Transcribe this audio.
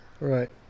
Right